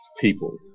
people